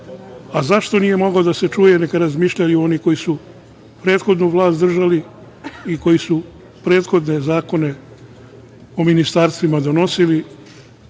Zašto nije mogao da se čuje neka razmišljaju oni koji su prethodnu vlast držali i koji su prethodne zakone o ministarstvima donosili